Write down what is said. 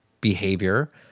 behavior